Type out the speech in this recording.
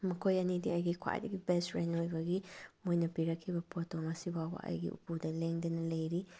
ꯃꯈꯣꯏ ꯑꯅꯤꯗꯤ ꯑꯩꯒꯤ ꯈ꯭ꯋꯥꯏꯗꯒꯤ ꯕꯦꯁ ꯐ꯭ꯔꯦꯟ ꯑꯣꯏꯕꯒꯤ ꯃꯣꯏꯅ ꯄꯤꯔꯛꯈꯤꯕ ꯄꯣꯠꯇꯣ ꯉꯁꯤ ꯐꯥꯎꯕ ꯑꯩꯒꯤ ꯎꯄꯨꯗ ꯂꯦꯡꯗꯅ ꯂꯩꯔꯤ